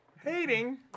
Hating